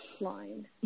line